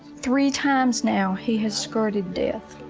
three times now he has skirted death.